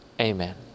Amen